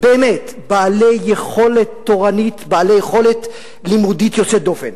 באמת בעלי יכולת לימודית יוצאת דופן,